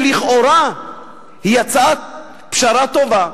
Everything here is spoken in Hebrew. שלכאורה היא יצאה פשרה טובה.